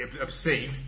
obscene